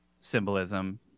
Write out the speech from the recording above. symbolism